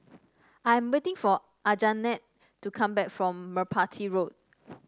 I am waiting for Anjanette to come back from Merpati Road